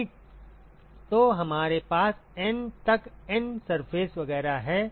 ठीक तो हमारे पास N तक N सरफेस वगैरह हैं